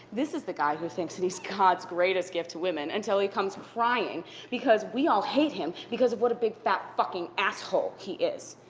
this is the guy who thinks and he's god's greatest gift to women until he comes crying because we all hate him because of what a big fat fucking asshole he is.